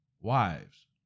Wives